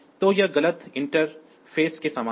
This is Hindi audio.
तो यह गलत इंटरफ़ेस के समान है